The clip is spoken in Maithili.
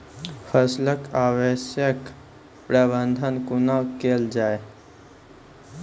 फसलक अवशेषक प्रबंधन कूना केल जाये?